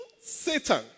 Satan